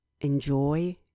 enjoy